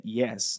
yes